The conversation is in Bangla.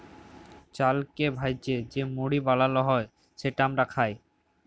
চালকে ভ্যাইজে যে মুড়ি বালাল হ্যয় যেট আমরা খাই